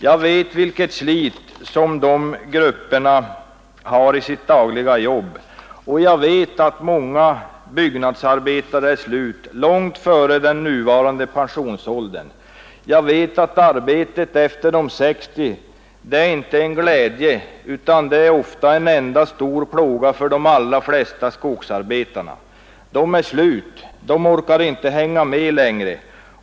Jag vet vilket slit de grupperna har i sitt dagliga jobb, och jag vet att många byggnadsarbetare är slut långt före den nuvarande pensionsåldern. Jag vet att arbetet efter 60 års ålder inte är en glädje utan en enda stor plåga för de allra flesta skogsarbetare. De är slut, de orkar inte hänga med längre.